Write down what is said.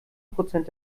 prozent